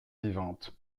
vivantes